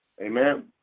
amen